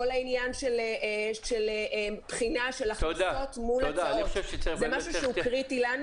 כל העניין של בחינה של הכנסות מול הוצאות זה משהו שהוא קריטי לנו.